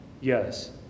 Yes